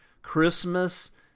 Christmas